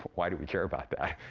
why do we care about that?